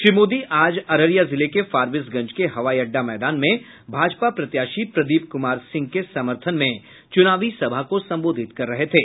श्री मोदी आज अररिया जिले के फारबिसगंज के हवाई अड्डा मैदान में भाजपा प्रत्याशी प्रदीप क्मार सिंह के समर्थन में चुनाव सभा को संबोधित कर रहे थे